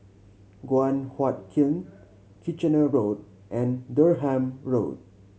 Guan Huat Kiln Kitchener Road and Durham Road